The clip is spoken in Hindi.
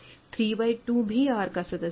3 बाय 2 भी R का सदस्य है